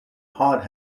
hard